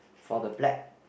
for the black